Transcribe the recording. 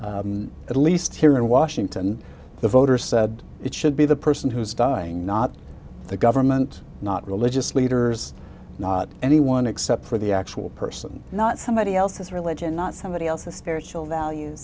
at least here in washington the voters said it should be the person who is dying not the government not religious leaders not anyone except for the actual person not somebody else's religion not somebody else